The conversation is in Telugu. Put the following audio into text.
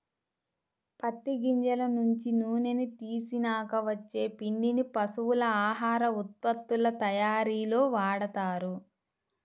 పత్తి గింజల నుంచి నూనెని తీసినాక వచ్చే పిండిని పశువుల ఆహార ఉత్పత్తుల తయ్యారీలో వాడతారు